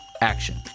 action